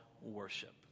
worship